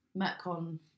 Metcon